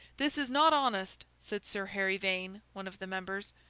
this is not honest said sir harry vane, one of the members.